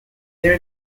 there